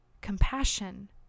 compassion